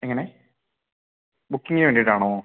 എങ്ങനെ ബുക്കിങ്ങിന് വേണ്ടിയിട്ടാണോ